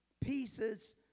pieces